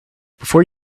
before